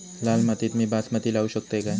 लाल मातीत मी बासमती लावू शकतय काय?